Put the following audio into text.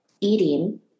eating